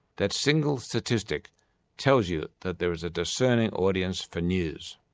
that single statistic tells you that there is a discerning audience for news.